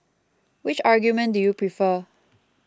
which argument do you prefer